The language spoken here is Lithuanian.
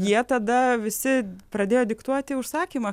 jie tada visi pradėjo diktuoti užsakymą